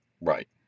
Right